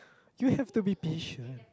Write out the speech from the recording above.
you have to be patient